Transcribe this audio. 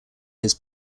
his